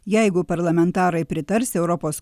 jeigu parlamentarai pritars europos